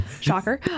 Shocker